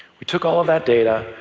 we took all of that data,